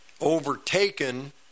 overtaken